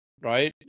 right